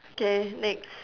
K next